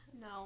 No